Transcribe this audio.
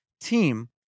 team